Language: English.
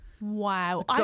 Wow